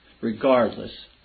regardless